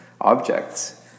objects